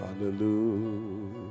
Hallelujah